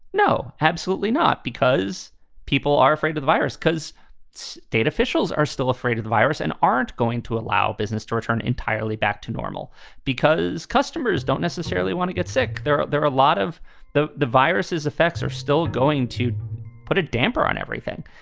no, absolutely not, because people are afraid of the virus, because state officials are still afraid of the virus and aren't going to allow business to return entirely back to normal because customers don't necessarily want to get sick. there are there are a lot of the the viruses effects are still going to put a damper on everything.